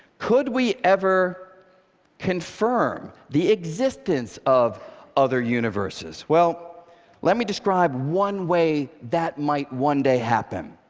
could we ever confirm the existence of other universes? well let me describe one way that might one day happen.